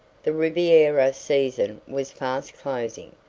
the riviera season was fast closing,